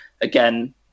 again